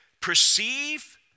perceive